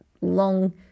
long